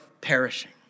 perishing